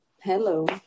hello